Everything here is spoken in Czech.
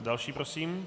Další prosím.